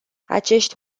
acești